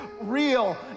real